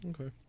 Okay